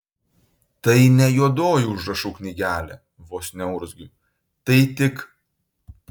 tai ne juodoji užrašų knygelė vos neurzgiu tai tik